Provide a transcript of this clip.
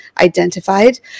identified